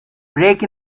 break